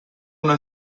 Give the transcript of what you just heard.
una